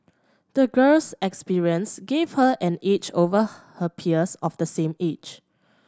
the girl's experience gave her an edge over her peers of the same age